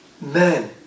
men